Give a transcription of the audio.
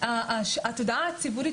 התודעה הציבורית,